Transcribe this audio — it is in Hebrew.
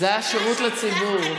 זה היה שירות לציבור.